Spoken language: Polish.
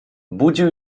budził